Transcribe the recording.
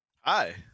Hi